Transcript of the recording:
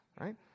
right